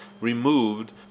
removed